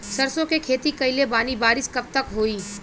सरसों के खेती कईले बानी बारिश कब तक होई?